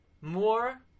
More